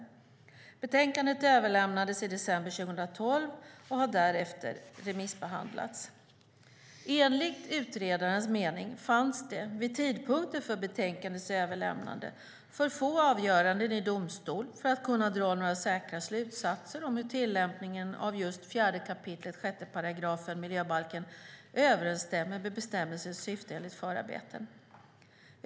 Betänkandet överlämnades i december 2012 och har därefter remissbehandlats. Enligt utredarens mening fanns det vid tidpunkten för betänkandets överlämnande för få avgöranden i domstol för att kunna dra några säkra slutsatser om hur tillämpningen av 4 kap. 6 § miljöbalken överensstämmer med bestämmelsens syfte enligt förarbetena.